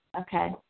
Okay